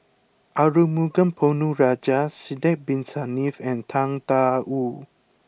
Arumugam Ponnu Rajah Sidek bin Saniff and Tang Da Wu